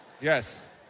yes